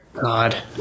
God